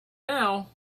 now